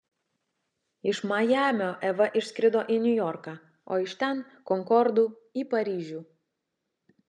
iš majamio eva išskrido į niujorką o iš ten konkordu į paryžių